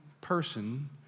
person